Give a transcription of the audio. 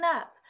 up